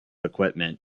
equipment